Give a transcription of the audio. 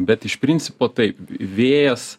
bet iš principo taip vėjas